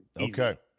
Okay